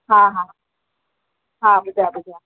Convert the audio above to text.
हा हा हा